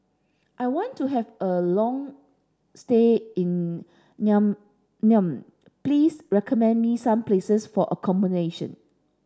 I want to have a long stay in Niamey please recommend me some places for accommodation